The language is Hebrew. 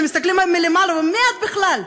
שמסתכלים עליהן מלמעלה ואומרים: מי את בכלל?